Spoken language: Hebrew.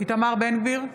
איתמר בן גביר,